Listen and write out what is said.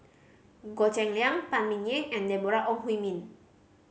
Goh Cheng Liang Phan Ming Yen and Deborah Ong Hui Min